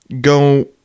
go